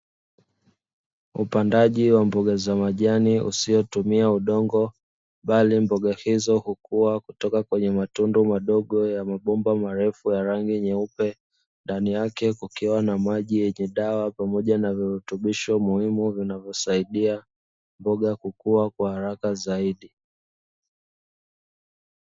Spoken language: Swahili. Upandaji wa mboga za majani majani usiotumia udongo bali mboga hizo hukua kutoka kwenye matundu madogo ya mabomba marefu ya rangi nyeupe, ndani yake kukiwa na maji yenye dawa pamoja na virutubisho muhimu vinavyosaidia mboga kukua kwa haraka zaidi.